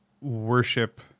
worship